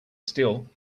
still